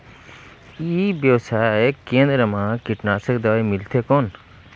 ई व्यवसाय केंद्र मा कीटनाशक दवाई मिलथे कौन?